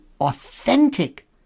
authentic